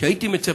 והייתי מצפה,